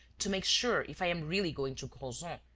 to make sure if i am really going to crozon,